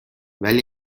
ولی